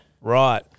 Right